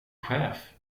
chef